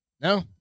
No